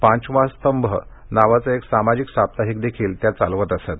पाँचवाँ स्तंभ नावाचे एक सामाजिक साप्ताहिकही त्या चालवत असत